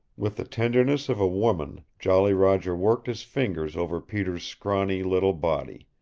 with the tenderness of a woman jolly roger worked his fingers over peter's scrawny little body.